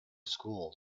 school